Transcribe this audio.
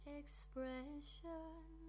expression